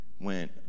went